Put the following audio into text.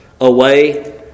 away